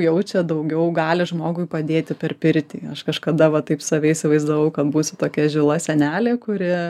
jaučia daugiau gali žmogui padėti per pirtį aš kažkada va taip save įsivaizdavau kad būsiu tokia žila senelė kuri